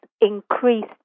increased